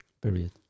Period